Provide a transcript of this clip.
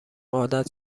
عادت